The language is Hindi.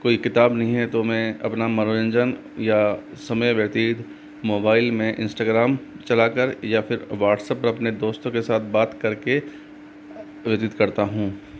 कोई किताब नहीं है तो मैं अपना मनोरंजन या समय व्यतीत मोबाइल में इंस्टाग्राम चला कर या फिर व्हाट्सएप पर अपने दोस्तों के साथ बात करके अर्जित करता हूँ